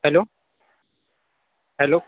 hello hello